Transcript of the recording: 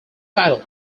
title